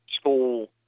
school